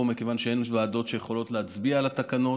מכיוון שאין ועדות שיכולות להצביע על התקנות,